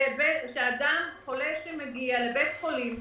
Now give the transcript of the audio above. אנחנו חושבים שאדם שמגיע לבית חולים,